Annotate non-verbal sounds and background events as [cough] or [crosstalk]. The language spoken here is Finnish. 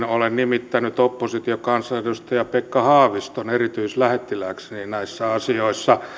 [unintelligible] olen nimittänyt oppositiokansanedustaja pekka haaviston erityislähettilääkseni näissä asioissa